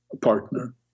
partner